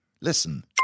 Listen